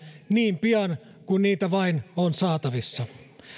niin pian kuin heitä vain on saatavissa